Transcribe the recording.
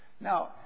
Now